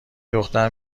دختر